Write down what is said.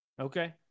Okay